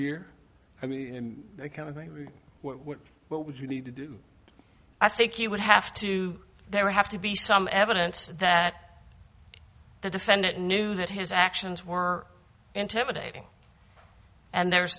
er i mean that kind of thing what would what would you need to do i think you would have to there have to be some evidence that the defendant knew that his actions were intimidating and there's